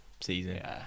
season